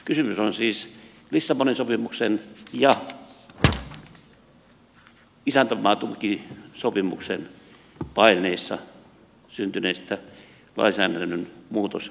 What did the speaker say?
kysymys on siis lissabonin sopimuksen ja isäntämaatukisopimuksen paineissa syntyneistä lainsäädännön muutostarpeista